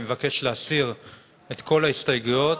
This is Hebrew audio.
אני מבקש להסיר את כל ההסתייגויות.